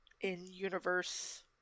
in-universe